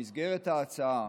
במסגרת ההצעה